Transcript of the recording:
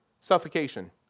suffocation